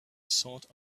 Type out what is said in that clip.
sought